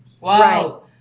Wow